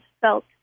felt